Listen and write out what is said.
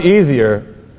easier